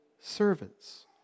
servants